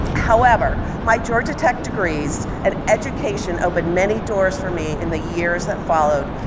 however, my georgia tech degrees and education opened many doors for me in the years that followed,